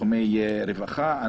בתחומי רווחה.